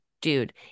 dude